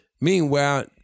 Meanwhile